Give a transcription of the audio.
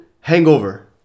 hangover